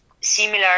similar